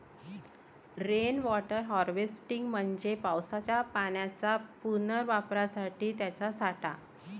rain water harvesting म्हणजे पावसाच्या पाण्याच्या पुनर्वापरासाठी त्याचा साठा